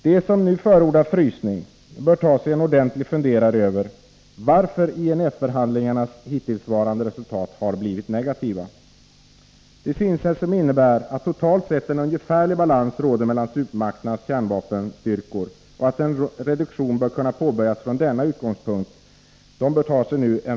De som nu förordar ”frysning” bör ta sig en ordentlig funderare över varför INF-förhandlingarnas hittillsvarande resultat blivit negativa. Deras synsätt innebär att totalt sett en ungefärlig balans råder mellan supermakternas kärnvapenstyrkor och att en reduktion bör kunna påbörjas från denna utgångspunkt.